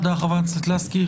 תודה, חברת הכנסת לסקי.